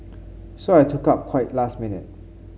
so I took up quite last minute